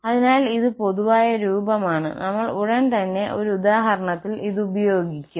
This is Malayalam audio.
അതിനാൽ ഇത് പൊതുവായ രൂപമാണ് നമ്മൾ ഉടൻ തന്നെ ഒരു ഉദാഹരണത്തിൽ ഇത് ഉപയോഗിക്കും